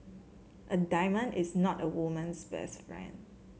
a diamond is not a woman's best friend